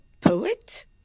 poet